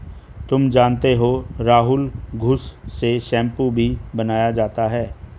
तुम जानते हो राहुल घुस से शैंपू भी बनाया जाता हैं